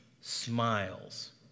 smiles